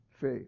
faith